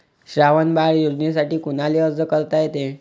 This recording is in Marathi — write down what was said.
श्रावण बाळ योजनेसाठी कुनाले अर्ज करता येते?